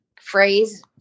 phrase